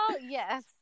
yes